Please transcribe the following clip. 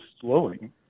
slowing